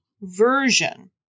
version